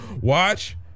watch